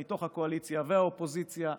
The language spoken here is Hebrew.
מתוך הקואליציה והאופוזיציה,